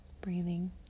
Breathing